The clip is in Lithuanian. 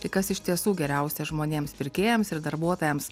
tai kas iš tiesų geriausia žmonėms pirkėjams ir darbuotojams